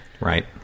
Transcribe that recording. Right